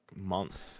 month